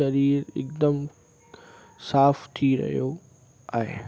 शरीरु हिकदमि साफ़ु थी रहियो आहे